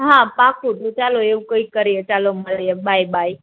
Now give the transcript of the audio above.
હા પાક્કુ જો ચાલુ એવુ કઈક કરીએ ચાલો મળીએ બાય બાય